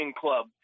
club